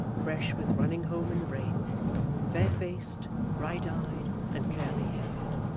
fresh with running home in the rain fair-faced, bright-eyed, and curly-haired.